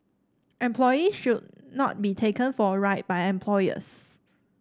employees should not be taken for a ride by employers